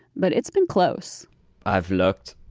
but it's been close i've looked,